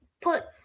put